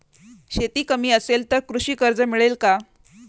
शेती कमी असेल तर कृषी कर्ज मिळेल का?